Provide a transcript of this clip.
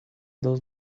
those